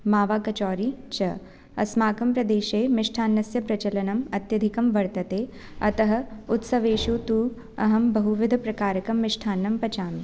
मावाकचोरी च अस्माकं प्रदेशे मिष्ठानस्य प्रचलनम् अत्यधिकं वर्तते अतः उत्सवेषु तु अहं बहुविधप्रकारकं मिष्ठानं पचामि